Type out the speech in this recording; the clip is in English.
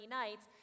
nights